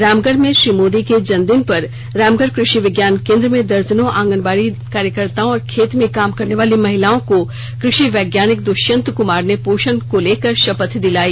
रामगढ़ में श्री मोदी के जन्मदिन पर रामगढ़ कृषि विज्ञान केंद्र में दर्जनों आंगनबाड़ी कार्यकर्ताओं और खेत मे काम करनेवाली महिलाओं को कृषि र्वैज्ञानिक दुष्यंत कुमार ने पोषण को लेकर शपथ दिलाई